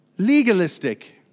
legalistic